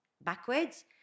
backwards